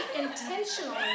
intentionally